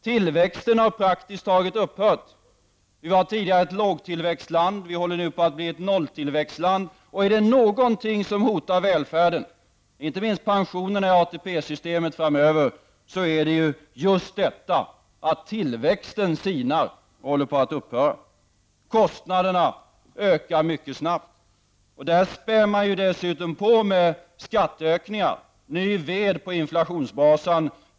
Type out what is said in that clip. Tillväxten har praktiskt taget upphört. Vi var tidigare ett lågtillväxtland, och vi håller nu på att bli ett nolltillväxtland. Är det någonting som hotar välfärden -- inte minst pensionerna i ATP-systemet framöver -- så är det just det faktum att tillväxten sinar och håller på att upphöra. Kostnaderna ökar mycket snabbt. Och dessutom spär man på med skatteökningar -- ny ved på inflationsbrasan.